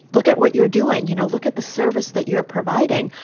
look at what you're doing. you know, look at the service that you're providing.